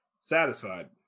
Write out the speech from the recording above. satisfied